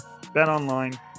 BetOnline